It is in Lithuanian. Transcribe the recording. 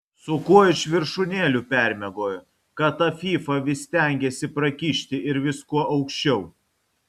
su kuo iš viršūnėlių permiegojo kad tą fyfą vis stengiasi prakišti ir vis kuo aukščiau